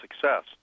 success